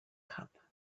cup